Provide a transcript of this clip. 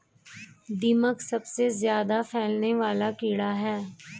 दीमक सबसे ज्यादा फैलने वाला कीड़ा है